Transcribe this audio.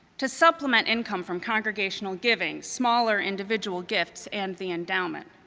to supplement income from congregational giving, smaller individual gifts, and the endowment.